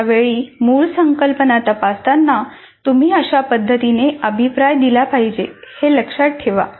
पुढच्या वेळी मूळ संकल्पना तपासताना तुम्ही अशा पद्धतीने अभिप्राय दिला पाहिजे हे लक्षात ठेवा